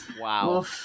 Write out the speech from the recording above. Wow